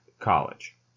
college